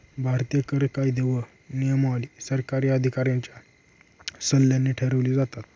भारतीय कर कायदे व नियमावली सरकारी अधिकाऱ्यांच्या सल्ल्याने ठरवली जातात